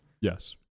Yes